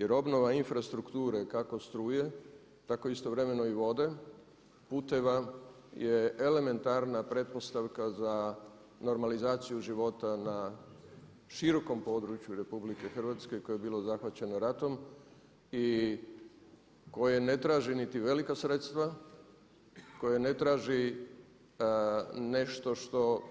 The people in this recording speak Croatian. Jer obnova infrastrukture kako struje tako i istovremeno i vode, puteva je elementarna pretpostavka za normalizaciju života na širokom području RH koje je bilo zahvaćeno ratom i koje ne traži niti velika sredstva, koja ne traži nešto što